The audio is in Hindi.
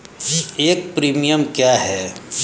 एक प्रीमियम क्या है?